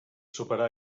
superar